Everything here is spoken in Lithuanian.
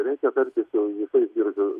reikia tartis su visais biržų